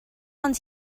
ond